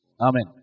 Amen